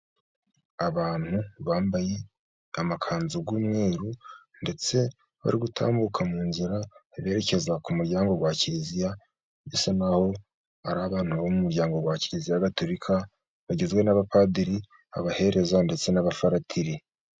Abantu bambaye amakanzu y'umweru, ndetse bari gutambuka mu nzira berekeza ku muryango wa kiliziya, bisa n'aho ari abantu bo mu muryango wa Kiliziya Gatolika, bagizwe n'abapadiri, abahereza, ndetse n'abafaratiri.